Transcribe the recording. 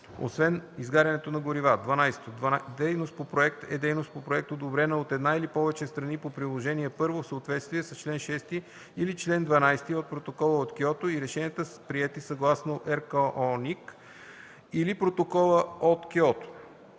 освен изгарянето на горива. 12. „Дейност по проект” е дейност по проект, одобрена от една или повече страни по Приложение № 1 в съответствие с чл. 6 или чл. 12 от Протокола от Киото, и решенията са приети съгласно РКОНИК или Протокола от Киото.